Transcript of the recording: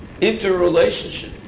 interrelationship